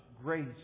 grace